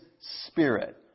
Spirit